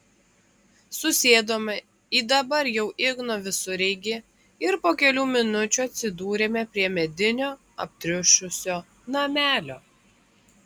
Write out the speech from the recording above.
susėdome į dabar jau igno visureigį ir po kelių minučių atsidūrėme prie medinio aptriušusio namelio